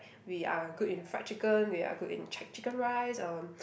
we are good in fried chicken we are good in ch~ chicken rice um